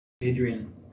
Adrian